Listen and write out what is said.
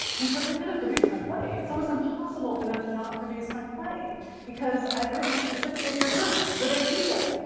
and so they're gonna kind of produce my play. it's almost impossible for them to not produce my play because i've written it specifically for them, for their people.